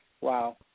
wow